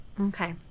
Okay